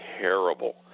terrible